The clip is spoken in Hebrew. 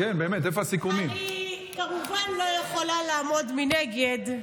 אני, כמובן, לא יכולה לעמוד מנגד,